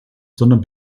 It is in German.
sondern